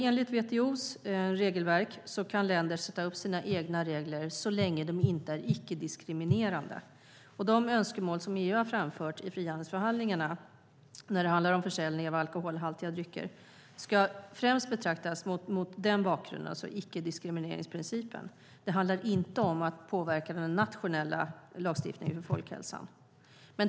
Enligt WTO:s regelverk kan länder sätta upp sina egna regler så länge de är icke-diskriminerande. De önskemål som EU har framfört i frihandelsförhandlingarna när det handlar om försäljning av alkoholhaltiga drycker ska främst betraktas mot den bakgrunden, alltså icke-diskrimineringsprincipen. Det handlar inte om att påverka den nationella lagstiftningen för folkhälsan.